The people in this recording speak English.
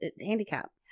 handicap